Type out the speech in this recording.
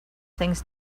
things